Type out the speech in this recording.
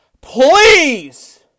please